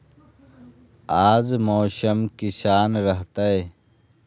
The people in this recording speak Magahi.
आज मौसम किसान रहतै?